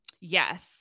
Yes